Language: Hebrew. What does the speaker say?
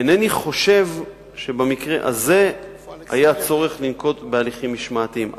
אינני חושב שבמקרה הזה היה צריך לנקוט הליכים משמעתיים.